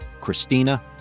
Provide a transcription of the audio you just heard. Christina